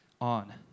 on